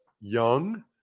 young